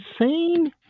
insane